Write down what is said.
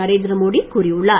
நரேந்திர மோடி கூறியுள்ளார்